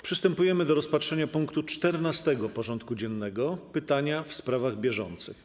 Przystępujemy do rozpatrzenia punktu 14. porządku dziennego: Pytania w sprawach bieżących.